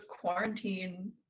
quarantine